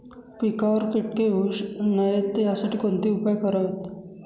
पिकावर किटके होऊ नयेत यासाठी कोणते उपाय करावेत?